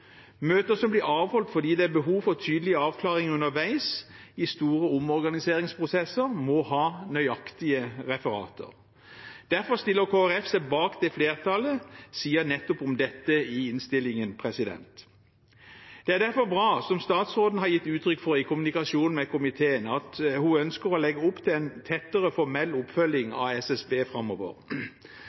Møter som blir avholdt fordi det er behov for tydelige avklaringer underveis i store omorganiseringsprosesser, må ha nøyaktige referater. Derfor stiller Kristelig Folkeparti seg bak det flertallet sier om nettopp dette i innstillingen. Det er derfor bra, som statsråden har gitt uttrykk for i kommunikasjonen med komiteen, at hun ønsker å legge opp til en tettere formell oppfølging av SSB framover.